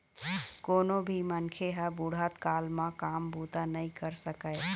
कोनो भी मनखे ह बुढ़त काल म काम बूता नइ कर सकय